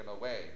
away